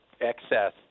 excess